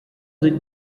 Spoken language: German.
sind